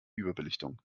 überbelichtung